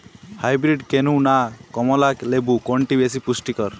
Hybrid কেনু না কমলা লেবু কোনটি বেশি পুষ্টিকর?